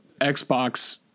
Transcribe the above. Xbox